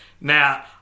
Now